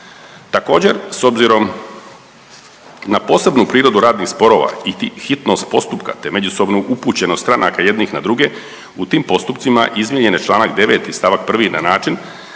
Također s obzirom na posebnu prirodu radnih sporova i hitnost postupka te međusobnu upućenost stranaka jednih na druge u tim postupcima izmijenjen je članak 9. stavak 1. na način